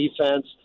defense